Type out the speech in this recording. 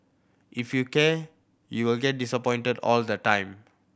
if you care you'll get disappointed all the time